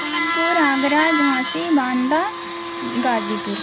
कानपुर आगरा झाँसी बांदा गाजीपुर